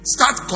Start